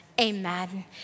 Amen